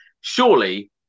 surely